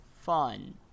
fun